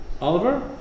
Oliver